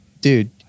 Dude